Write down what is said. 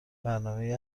برنامهی